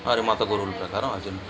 వారి మత గురువులు ప్రకారం ఆచ